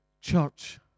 church